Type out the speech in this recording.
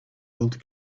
old